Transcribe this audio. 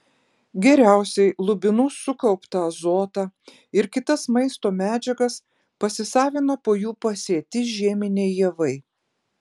geriausiai lubinų sukauptą azotą ir kitas maisto medžiagas pasisavina po jų pasėti žieminiai javai